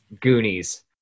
Goonies